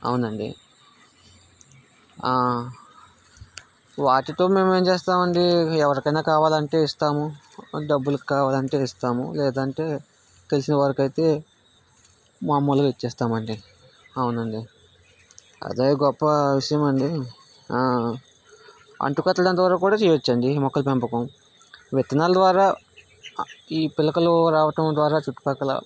అవునండి వాటితో మేము ఏం చేస్తామండి ఎవరికైనా కావాలంటే ఇస్తాము డబ్బులకి కావాలంటే ఇస్తాము లేదంటే తెలిసినవారికి అయితే మామూలుగా ఇచ్చేస్తామండి అవునండి అదే గొప్ప విషయం అండి అంటుకట్టడం ద్వారా కూడా కూడా చేయొచ్చండి ఈ మొక్కల పెంపకం విత్తనాల ద్వారా ఈ పిలకలు రావటం ద్వారా చుట్టుపక్కల